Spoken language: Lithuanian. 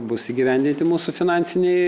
bus įgyvendinti mūsų finansiniai